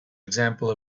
example